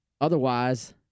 otherwise